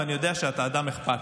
ואני יודע שאתה אדם אכפתי,